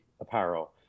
apparel